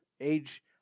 age